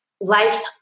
life